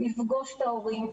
לפגוש את ההורים,